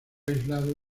aislado